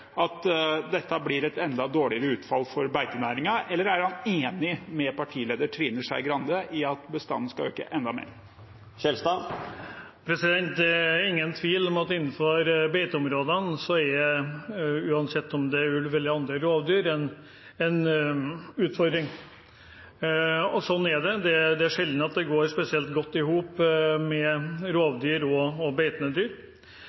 at dette blir et enda dårligere utfall for beitenæringen? Eller er han enig med partileder Trine Skei Grande i at bestanden skal øke enda mer? Det er ingen tvil om at innenfor beiteområdene er dette en utfordring, uansett om det er ulv eller andre rovdyr. Sånn er det. Det er sjelden rovdyr og beitende dyr går spesielt godt i hop.